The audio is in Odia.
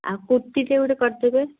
ଆଉ କୂର୍ତ୍ତିଟେ ଗୋଟେ କରି ଦେବେ